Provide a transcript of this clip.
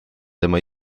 tema